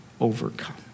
overcome